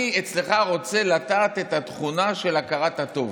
אני אצלך רוצה לטעת את התכונה של הכרת הטוב.